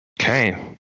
Okay